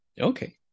Okay